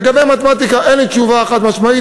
לגבי המבחן במתמטיקה אין לי תשובה חד-משמעית.